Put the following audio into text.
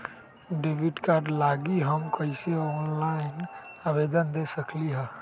Debit card लागी हम कईसे ऑनलाइन आवेदन दे सकलि ह?